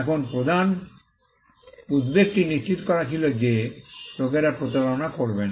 এখন প্রধান উদ্বেগটি নিশ্চিত করা ছিল যে লোকেরা প্রতারণা করবে না